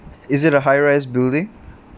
is it a high rise building